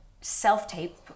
self-tape